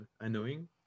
annoying